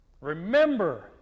Remember